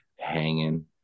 hanging